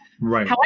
Right